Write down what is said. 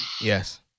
Yes